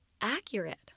accurate